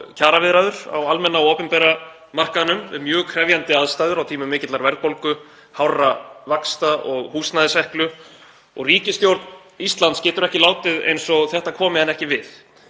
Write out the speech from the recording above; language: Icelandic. kjaraviðræður á almenna og opinbera markaðnum við mjög krefjandi aðstæður á tímum mikillar verðbólgu, hárra vaxta og húsnæðiseklu og ríkisstjórn Íslands getur ekki látið eins og þetta komi henni ekki við.